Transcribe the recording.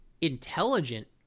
intelligent